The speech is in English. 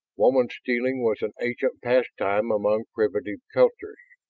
woman-stealing was an ancient pastime among primitive cultures.